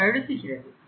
அது அழுத்துகிறது